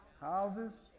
Houses